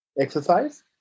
exercise